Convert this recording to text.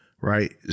right